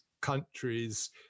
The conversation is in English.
countries